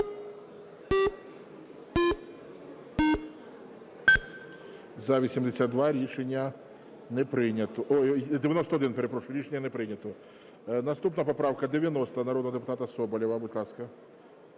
За – 82, рішення не прийнято. Ой, 91, перепрошую, рішення не прийнято. Наступна поправка 90 народного депутата Соболєва, будь ласка.